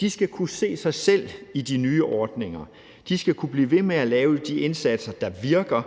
De skal kunne se sig selv i de nye ordninger. De skal kunne blive ved med at lave de indsatser, der virker,